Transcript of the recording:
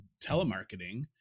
telemarketing